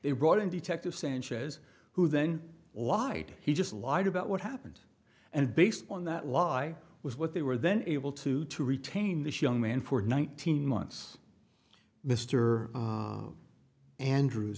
it brought in detective sanchez who then lied he just lied about what happened and based on that lie was what they were then able to to retain this young man for nineteen months mister andrew